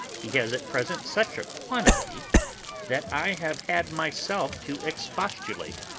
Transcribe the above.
he has at present such a quantity that i have had myself to expostulate.